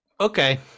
Okay